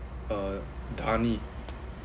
uh dharni